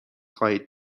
خواهید